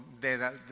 de